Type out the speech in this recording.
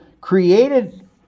created